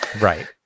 Right